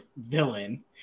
villain